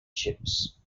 ships